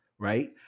Right